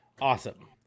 awesome